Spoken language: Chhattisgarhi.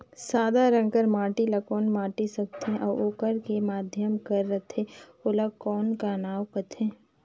सादा रंग कर माटी ला कौन माटी सकथे अउ ओकर के माधे कर रथे ओला कौन का नाव काथे?